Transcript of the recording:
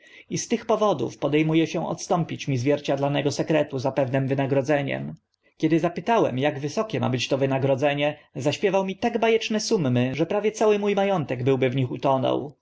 z tych powodów pode mu e się odstąpić mi zwierciadlanego sekretu za pewnym wynagrodzeniem kiedy zapytałem ak wysokie ma być to wynagrodzenie zaśpiewał mi tak ba eczne sumy że prawie cały mó ma ątek byłby w nich utonął